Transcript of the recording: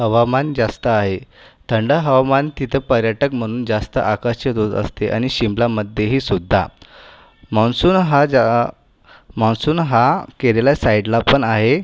हवामान जास्त आहे थंड हवामान तिथं पर्यटक म्हणून जास्त आकर्षिक असते आणि शिमलामध्येही सुद्धा मान्सून हा जा मान्सून हा केरेला साइडला पण आहे